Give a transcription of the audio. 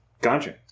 Gotcha